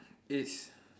it's